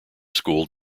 school